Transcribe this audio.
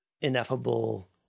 ineffable